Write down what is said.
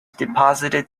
deposited